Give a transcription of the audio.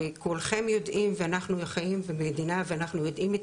וכולכם יודעים ואנחנו חיים במדינה ואנחנו יודעים את